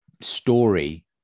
story